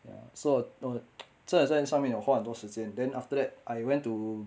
ya so 我 no 真的在这上面有花很多时间 then after that I went to